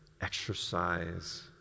exercise